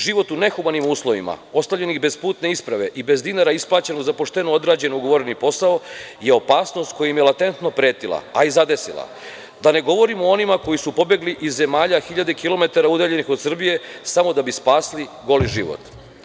Život u nehumanim uslovima, ostavljenih bez putne isprave i bez dinara isplaćenog za pošteno odrađeni ugovoreni posao je opasnost koja im je latentno pretila, a i zadesila, da ne govorimo o onima koji su pobegli iz zemalja 1000 kilometara udaljenih od Srbije samo da bi spasili goli život.